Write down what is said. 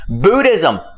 Buddhism